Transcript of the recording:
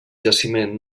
jaciment